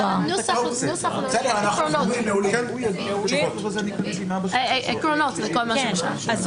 ואז זה הולך לנפגעים ואז זה טוב לי אני